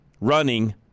running